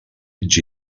classe